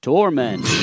Torment